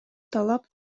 талап